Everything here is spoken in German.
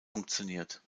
funktioniert